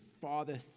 Father